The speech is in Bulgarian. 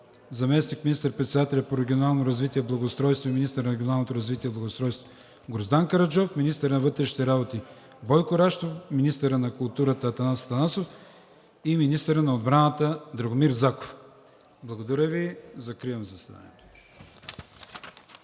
заместник министър-председателят по регионалното развитие и благоустройството и министър на регионалното развитие и благоустройството Гроздан Караджов; - министърът на вътрешните работи Бойко Рашков; - министърът на културата Атанас Атанасов; - министърът на отбраната Драгомир Заков. Благодаря Ви. Закривам пленарното